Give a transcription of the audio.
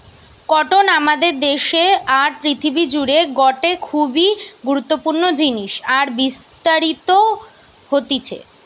cotton আমাদের দেশে আর পৃথিবী জুড়ে গটে খুবই গুরুত্বপূর্ণ জিনিস আর বিস্তারিত হতিছে